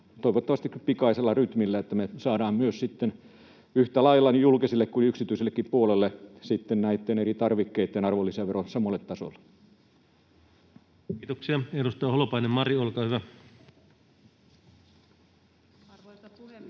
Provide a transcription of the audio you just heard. toivottavasti pikaisella rytmillä, että me saadaan myös sitten yhtä lailla niin julkiselle kuin yksityisellekin puolelle näitten eri tarvikkeitten arvonlisäverot samalle tasolle. Kiitoksia. — Ja edustaja Holopainen, Mari, olkaa hyvä. Arvoisa puhemies!